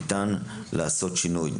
ניתן לעשות שינוי.